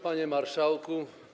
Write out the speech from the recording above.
Panie Marszałku!